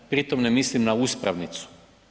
Pritom ne mislim na uspravnicu.